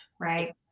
Right